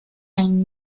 and